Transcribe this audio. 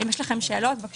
אם יש לכם שאלות, בבקשה.